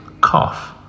Cough